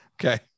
Okay